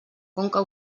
conca